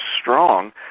strong